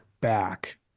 back